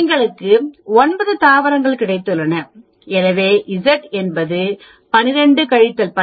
எங்களுக்கு 9 தாவரங்கள் கிடைத்துள்ளன எனவே Z 1